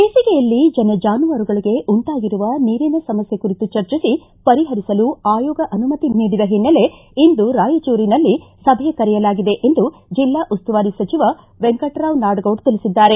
ಬೇಸಿಗೆಯಲ್ಲಿ ಜನ ಚಾನುವಾರುಗಳಿಗೆ ಉಂಟಾಗಿರುವ ನೀರಿನ ಸಮಸ್ಯೆ ಕುರಿತು ಚರ್ಚಿಸಿ ಪರಿಪರಿಸಲು ಆಯೋಗ ಅನುಮತಿ ನೀಡಿದ ಹಿನ್ನೆಲೆ ಇಂದು ರಾಯಚೂರಿನಲ್ಲಿ ಸಭೆ ಕರೆಯಲಾಗಿದೆ ಎಂದು ಜಿಲ್ಲಾ ಉಸ್ತುವಾರಿ ಸಚಿವ ವೆಂಕಟರಾವ್ ನಾಡಗೌಡ ತಿಳಿಸಿದ್ದಾರೆ